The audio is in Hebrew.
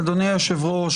אדוני היושב-ראש,